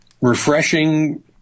refreshing